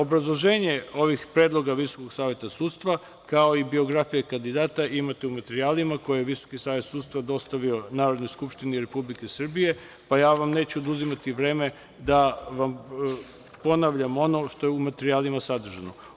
Obrazloženje ovih predloga Visokog saveta sudstva, kao i biografije kandidate imate u materijalima koje je Visoki savet sudstva dostavio Narodnoj skupštini Republike Srbije, pa ja vam neću oduzimati vreme da vam ponavljam ono što je u materijalima sadržano.